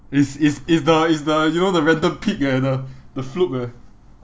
it's it's it's the it's the you know the random peak eh the the fluke eh